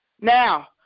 Now